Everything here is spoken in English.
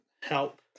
help